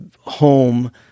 home